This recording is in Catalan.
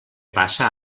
passa